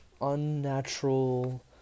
unnatural